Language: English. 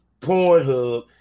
Pornhub